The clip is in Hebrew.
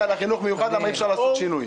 לא ענית על החינוך המיוחד למה אי אפשר לעשות שינוי.